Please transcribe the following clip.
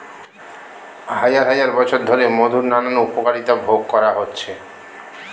হাজার হাজার বছর ধরে মধুর নানান উপকারিতা ভোগ করা হচ্ছে